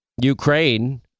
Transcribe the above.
Ukraine